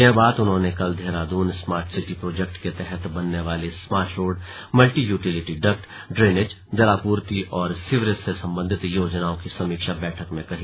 यह बात उन्होंने कल देहरादून स्मार्ट सिटी प्रोजेक्ट के तहत बनने वाली smart road multi utility duct drainage जलापूर्ति और सीवरेज से संबंधित योजनाओं की समीक्षा बैठक में कही